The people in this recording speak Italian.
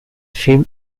film